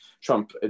Trump